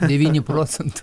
devyni procento